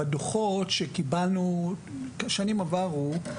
בדו"חות שקיבלנו של שנים עברו,